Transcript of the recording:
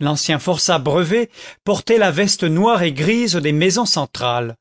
l'ancien forçat brevet portait la veste noire et grise des maisons centrales